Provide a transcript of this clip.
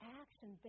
action